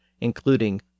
including